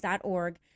org